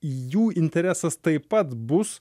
jų interesas taip pat bus